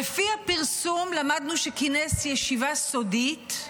לפי הפרסום למדנו שכינס ישיבה סודית,